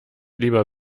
lieber